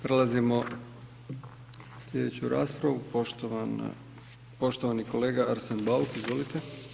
Prelazimo na slijedeću raspravu poštovani kolega Arsen Bauk, izvolite.